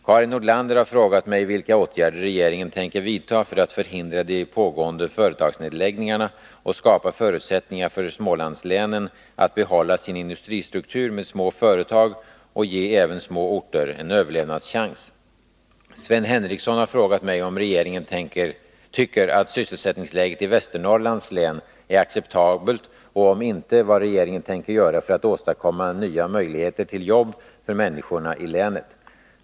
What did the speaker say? Karin Nordlander har frågat mig vilka åtgärder regeringen tänker vidta för att förhindra de pågående företagsnedläggningarna och skapa förutsättningar för Smålandslänen att behålla sin industristruktur med små företag och ge även små orter en överlevnadschans. Sven Henricsson har frågat mig om regeringen tycker att sysselsättningsläget i Västernorrlands län är acceptabelt och — om inte — vad regeringen tänker göra för att åstadkomma nya möjligheter till jobb för människorna i länet.